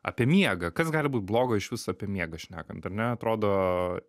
apie miegą kas gali būt blogo išvis apie miegą šnekant ar ne atrodo